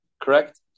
Correct